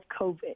COVID